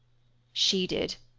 she did,